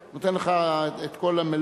אני נותן לך את מלוא,